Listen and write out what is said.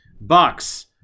Bucks